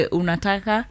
unataka